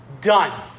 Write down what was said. done